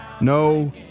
No